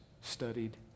studied